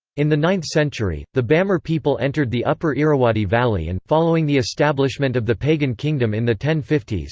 in the ninth century, the bamar people entered the upper irrawaddy valley and, following the establishment of the pagan kingdom in the ten fifty s,